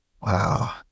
Wow